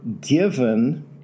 given